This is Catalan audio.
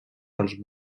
dels